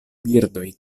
birdoj